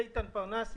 איתן פרנס,